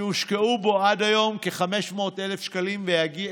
שהושקעו בו עד היום כ-500 מיליון,